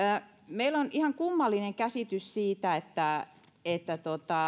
meillä on ihan kummallinen käsitys siitä että että